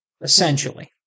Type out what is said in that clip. essentially